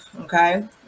okay